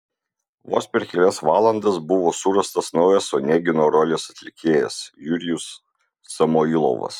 vos per kelias valandas buvo surastas naujas onegino rolės atlikėjas jurijus samoilovas